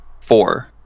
Four